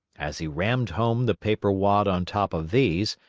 as he rammed home the paper wad on top of these,